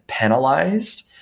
penalized